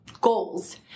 goals